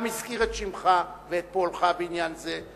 גם הזכיר את שמך ואת פועלך בעניין זה,